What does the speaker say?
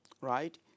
right